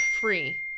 free